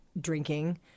drinking